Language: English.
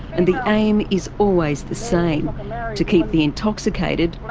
and the aim is always the same to keep the intoxicated,